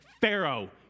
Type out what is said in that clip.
Pharaoh